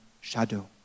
shadow